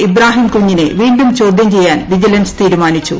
ഇബ്രാഹിംകുഞ്ഞിനെ വീണ്ടും ചോദ്യം ചെയ്യാൻ വിജിലൻസ് തീരുമാനിച്ചു